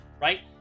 right